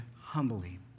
humbly